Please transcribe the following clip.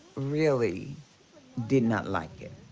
really did not like it.